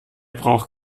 braucht